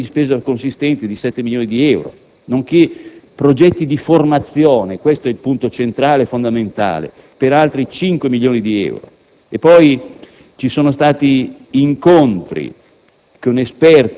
con una previsione di spesa consistente di 7 milioni di euro, nonché progetti di formazione - questo è il punto centrale e fondamentale - per altri 5 milioni di euro. E poi ci sono stati incontri